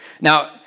Now